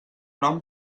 nom